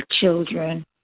children